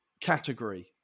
category